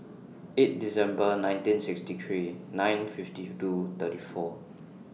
eight December nineteen sixty three nine fifty two thirty four